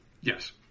Yes